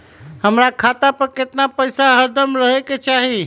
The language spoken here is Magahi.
हमरा खाता पर केतना पैसा हरदम रहे के चाहि?